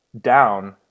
down